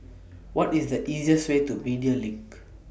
What IS The easiest Way to Media LINK